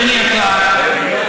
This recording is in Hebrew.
אדוני השר,